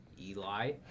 Eli